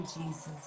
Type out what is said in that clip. Jesus